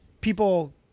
people